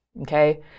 okay